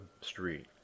street